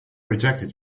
rejected